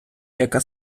яка